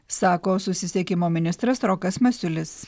sako susisiekimo ministras rokas masiulis